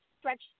stretch